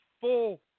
full